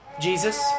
Jesus